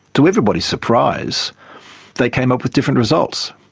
to everybody's surprise they came up with different results.